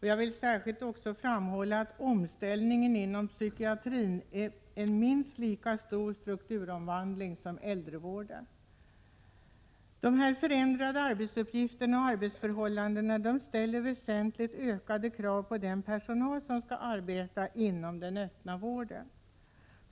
Jag vill särskilt framhålla att omställningen inom psykiatrin innebär en minst lika stor strukturomvandling som inom äldrevården. De förändrade arbetsuppgifterna och arbetsförhållandena ställer väsentligt ökade krav på den personal som skall arbeta inom den öppna vården.